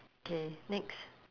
okay next